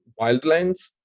Wildlands